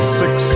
six